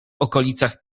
okolicach